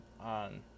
on